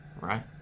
Right